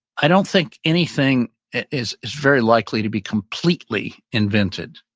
i don't think anything is is very likely to be completely invented,